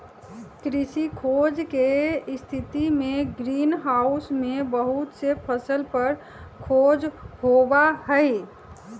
कृषि खोज के स्थितिमें ग्रीन हाउस में बहुत से फसल पर खोज होबा हई